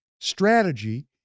strategy